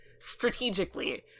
strategically